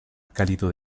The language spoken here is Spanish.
cálido